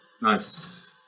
Nice